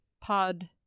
pod